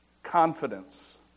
confidence